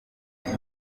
vuba